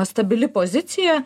stabili pozicija